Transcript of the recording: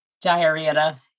diarrhea